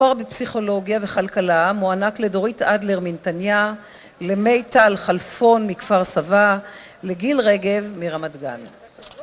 תוחר בפסיכולוגיה וכלכלה, מוענק לדורית אדלר מנתניה, למיטל חלפון מכפר-סבא, לגיל רגב מרמת גן.